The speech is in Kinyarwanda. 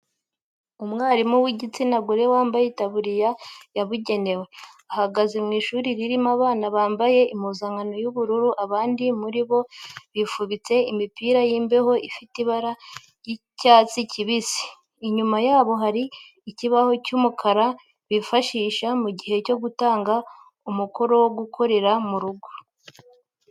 Umwarimu w'igitsina gore wambaye itaburiya yabugenewe, ahagaze mu ishuri ririmo abana bambaye impuzankano y'ubururu abandi muri bo bifubitse imipira y'imbeho ifite ibara ry'icyatsi kibisi. Inyuma yabo hari ikibaho cy'umukara bifashisha mu gihe cyo gutanga umukoro wo gukorera mu rugo.